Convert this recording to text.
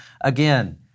again